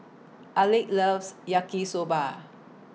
Alek loves Yaki Soba